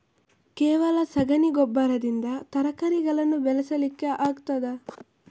ಕೇವಲ ಸಗಣಿ ಗೊಬ್ಬರದಲ್ಲಿ ತರಕಾರಿಗಳನ್ನು ಬೆಳೆಸಲಿಕ್ಕೆ ಆಗ್ತದಾ?